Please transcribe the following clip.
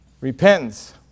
repentance